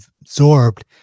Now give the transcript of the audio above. absorbed